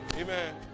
Amen